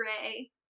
Ray